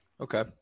Okay